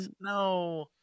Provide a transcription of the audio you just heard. no